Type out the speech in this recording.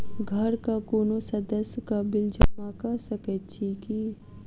घरक कोनो सदस्यक बिल जमा कऽ सकैत छी की?